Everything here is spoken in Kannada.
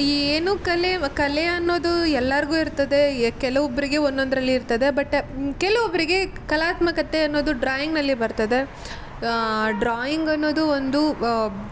ಈ ಏನು ಕಲೆ ಕಲೆ ಅನ್ನೋದು ಎಲ್ಲಾರಿಗು ಇರ್ತದೆ ಎ ಕೆಲವೊಬ್ಬರಿಗೆ ಒಂದೊಂದರಲ್ಲಿ ಇರ್ತದೆ ಬಟ್ ಕೆಲವೊಬ್ಬರಿಗೆ ಕಲಾತ್ಮಕತೆ ಅನ್ನೋದು ಡ್ರಾಯಿಂಗಿನಲ್ಲಿ ಬರ್ತದೆ ಡ್ರಾಯಿಂಗ್ ಅನ್ನೋದು ಒಂದು